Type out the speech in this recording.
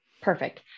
Perfect